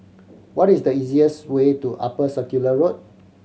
what is the easiest way to Upper Circular Road